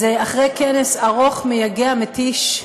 אז אחרי כנס ארוך, מייגע, מתיש,